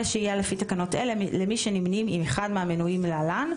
שהייה לפי תקנות אלה למי שנמנים עם אחד מהמנויים להלן,